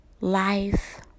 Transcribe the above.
life